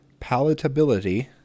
Palatability